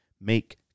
make